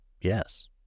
Yes